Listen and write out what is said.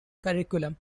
curriculum